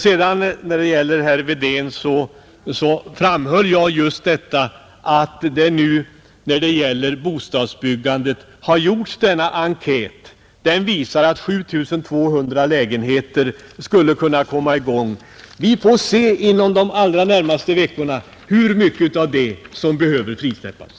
Till herr Wedén vill jag säga, att jag framhöll ju just detta att när det gäller bostadsbyggandet har denna enkät gjorts. Den visar att 7 200 lägenheter skulle kunna komma i gång. Vi får se inom de närmaste veckorna hur mycket som där behöver frisläppas.